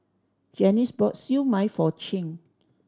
Janice bought Siew Mai for Chin